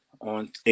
on